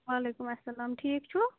وعلیکُم السلام ٹھیٖک چھُوٕ